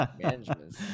Management